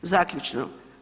Zaključno.